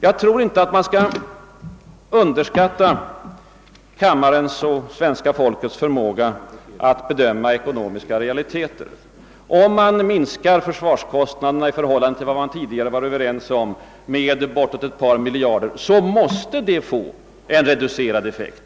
Jag tror inte att man skall underskatta kammarens och svenska folkets förmåga att bedöma ekonomiska realiteter. Om man minskar försvarskostnaderna i förhållande till vad man tidigare ansett erforderligt med bortåt ett par miljarder, då måste det medföra en reducerad försvarseffekt.